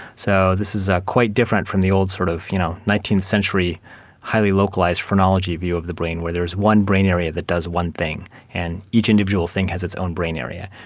so this is ah quite different from the old sort of you know nineteenth century highly localised phrenology view of the brain where there is one brain area that does one thing and each individual thing has its own brain area.